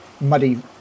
muddy